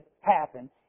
happen